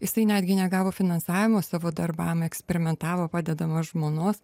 jisai netgi negavo finansavimo savo darbam ir eksperimentavo padedamas žmonos